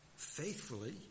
faithfully